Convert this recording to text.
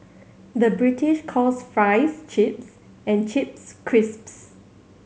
the British calls fries chips and chips crisps